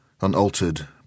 unaltered